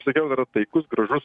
sakiau yra taikus gražus